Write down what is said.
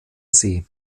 see